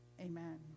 Amen